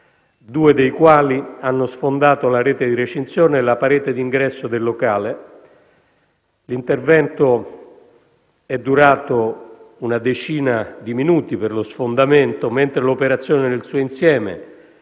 due dei quali hanno sfondato la rete di recinzione e la parete d'ingresso del locale. L'intervento è durato una decina di minuti per lo sfondamento, mentre l'operazione nel suo insieme,